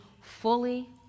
fully